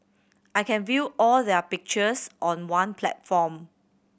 I can view all their pictures on one platform